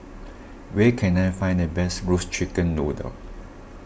where can I find the best Roasted Chicken Noodle